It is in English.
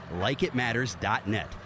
LikeItMatters.net